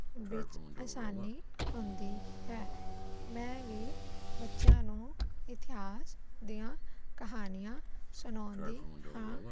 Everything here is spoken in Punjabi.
ਵਿੱਚ ਆਸਾਨੀ ਹੁੰਦੀ ਹੈ ਮੈਂ ਵੀ ਬੱਚਿਆਂ ਨੂੰ ਇਤਿਹਾਸ ਦੀਆਂ ਕਹਾਣੀਆਂ ਸੁਣਾਉਂਦੀ ਹਾਂ